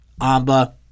Amba